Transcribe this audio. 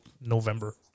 November